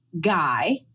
guy